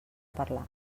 parlar